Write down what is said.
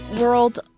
world